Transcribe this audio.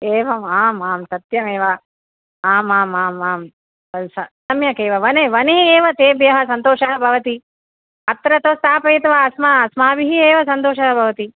एवम् आम् आं सत्यमेव आम् आम् आम् आं सा सम्यगेव वने वने एव तेभ्यः सन्तोषः भवति अत्र तु स्थापयित्वा अस्मा अस्माभिः एव सन्तोषः भवति